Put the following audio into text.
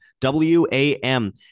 W-A-M